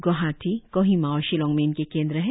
ग्वाहाटी कोहिमा और शिलॉग में इनके केंद्र है